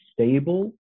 stable